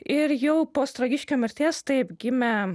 ir jau po ostrogiškio mirties taip gimė